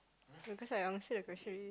cause I answer the question already